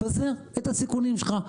תעשה את הסיכונים שלך.